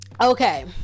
Okay